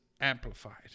amplified